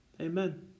Amen